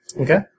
Okay